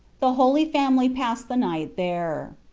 the holy family passed the night there.